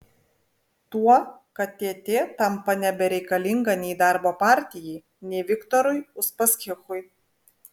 tuo kad tt tampa nebereikalinga nei darbo partijai nei viktorui uspaskichui